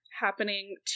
happening